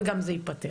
וגם זה ייפתר.